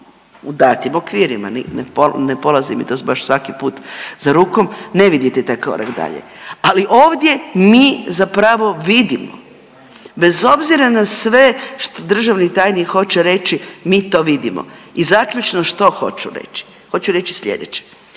u datim okvirima, ne polazi mi to baš svaki put za rukom, ne vidite taj korak dalje, ali ovdje mi zapravo vidimo bez obzira na sve što državni tajnik hoće reći mi to vidimo. I zaključno što hoću reći, hoću reći slijedeće.